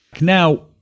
now